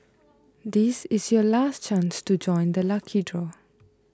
this is your last chance to join the lucky draw